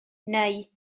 neu